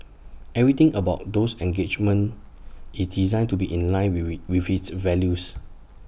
everything about those engagements is designed to be in line with with with its values